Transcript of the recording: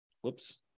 whoops